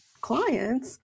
clients